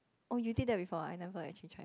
oh you did that before I never actually actually tried